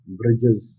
bridges